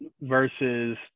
versus